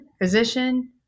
physician